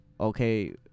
okay